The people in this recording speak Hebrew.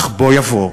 אך בוא יבוא,